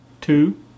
two